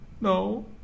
No